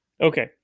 Okay